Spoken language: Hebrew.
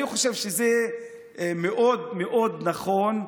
אני חושב שזה מאוד מאוד נכון,